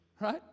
right